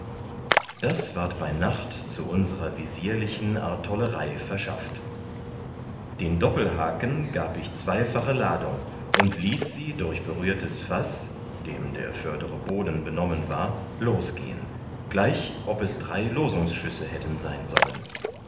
das ward bei nacht zu unsrer visierlichen artollerei verschafft den doppelhaken gab ich zweifache ladung und ließ sie durch berührtes faß dem der vördere boden benommen war losgehen gleich ob es drei losungschüsse hätten sein sollen